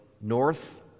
north